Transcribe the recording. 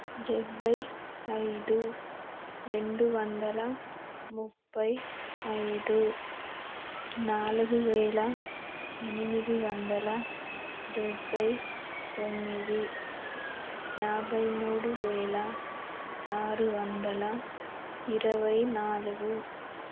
డెబ్భై ఐదు రెండు వందల ముప్పై ఐదు నాలుగు వేల ఎనిమిది వందల డెబ్భై తొమ్మిది యాభై మూడు వేల ఆరు వందల ఇరవై నాలుగు